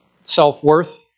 self-worth